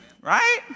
Right